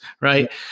Right